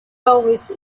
always